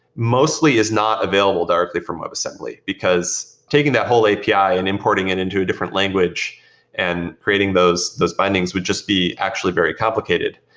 mostly is not available directly from web assembly, because taking that whole api and importing it into a different language and creating those those findings would just be actually very complicated.